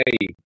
hey